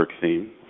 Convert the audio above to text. theme